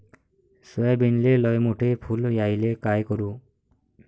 सोयाबीनले लयमोठे फुल यायले काय करू?